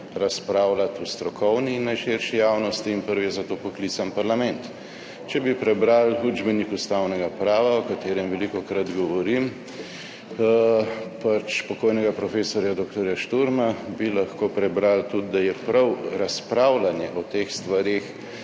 razpravljati v strokovni in najširši javnosti, in prvi je za to poklican parlament. Če bi prebrali učbenik ustavnega prava, o katerem velikokrat govorim, pokojnega profesorja dr. Šturma, bi lahko prebrali tudi, da je prav razpravljanje o teh stvareh